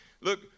Look